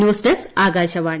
news desk Akashvani